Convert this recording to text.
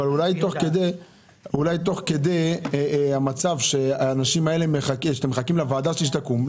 אולי תוך כדי ההמתנה לוועדה שתקום,